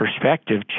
perspective